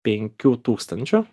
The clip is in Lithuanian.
penkių tūkstančių